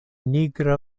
nigra